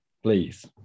Please